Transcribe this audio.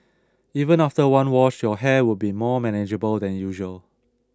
even after one wash your hair would be more manageable than usual